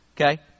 Okay